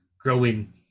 growing